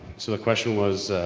so the question was,